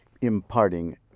imparting